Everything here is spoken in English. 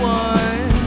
one